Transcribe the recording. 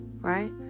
right